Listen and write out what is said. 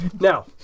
Now